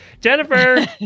jennifer